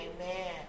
Amen